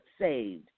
saved